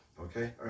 Okay